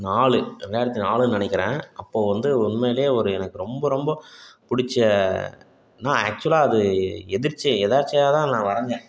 நாலு ரெண்டாயிரத்தி நாலுன்னு நினைக்கிறேன் அப்போது வந்து உண்மையிலே ஒரு எனக்கு ரொம்ப ரொம்ப பிடிச்ச நான் ஆக்சுவலாக அது எதேர்ச்சி எதார்ச்சியாகதான் நான் வரைஞ்சேன்